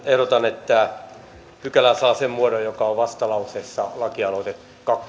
ehdotan että pykälä saa sen muodon joka on vastalauseessa lakialoite